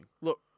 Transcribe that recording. Look